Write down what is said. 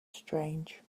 strange